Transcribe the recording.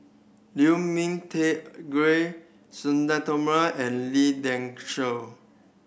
Liu Ming Teh Agree Sudhir Thoma and Lee Dai Soh